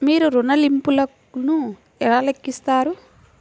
మీరు ఋణ ల్లింపులను ఎలా లెక్కిస్తారు?